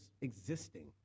existing